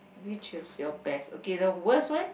me choose your best okay the worst one